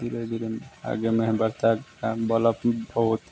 धीरे धीरे आगे में बढ़ता बल्ब बहुत